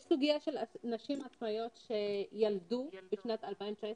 יש סוגיה של נשים עצמאיות שילדו בשנת 2019,